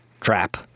trap